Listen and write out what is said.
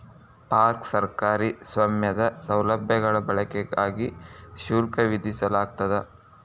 park ಸರ್ಕಾರಿ ಸ್ವಾಮ್ಯದ ಸೌಲಭ್ಯಗಳ ಬಳಕೆಗಾಗಿ ಶುಲ್ಕ ವಿಧಿಸಲಾಗ್ತದ